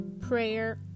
Prayer